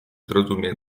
zrozumie